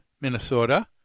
Minnesota